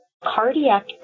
cardiac